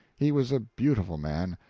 he was a beautiful man,